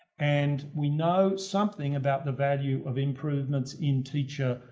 and we know something about the value of improvements in teacher.